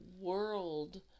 world